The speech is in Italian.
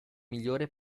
migliore